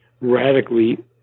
radically